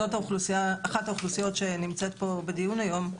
זו אחת האוכלוסיות שנמצאת פה בדיון היום.